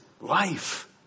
life